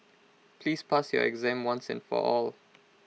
please pass your exam once and for all